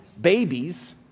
babies